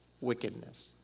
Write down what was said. wickedness